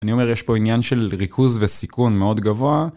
אני אומר, יש פה עניין של ריכוז וסיכון מאוד גבוה.